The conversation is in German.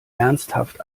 ernsthaft